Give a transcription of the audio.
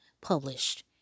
published